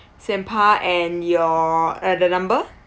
sam Pah and your and the number